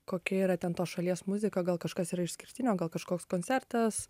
kokia yra ten tos šalies muzika gal kažkas yra išskirtinio gal kažkoks koncertas